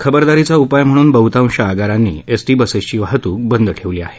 खबरदारीचा उपाय म्हणून बहुतांश आगारांनी एसटी बसेसची वाहतूक बंद ठेवली आहे